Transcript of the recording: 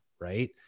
right